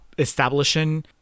establishing